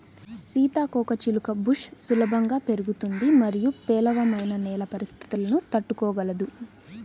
సీతాకోకచిలుక బుష్ సులభంగా పెరుగుతుంది మరియు పేలవమైన నేల పరిస్థితులను తట్టుకోగలదు